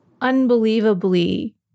unbelievably